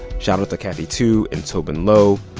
shout-out to kathy tu and tobin low.